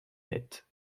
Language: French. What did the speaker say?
tête